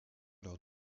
lors